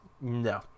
No